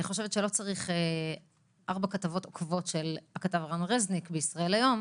אני חושבת שלא צריך ארבע כתבות של הכתב רן רזניק ב"ישראל היום"